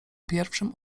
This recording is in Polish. pierwszym